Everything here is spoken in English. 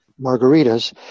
margaritas